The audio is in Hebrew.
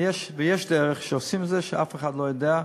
ויש דרך שעושים את זה כך שאף אחד לא יודע.